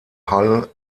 hull